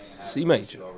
C-Major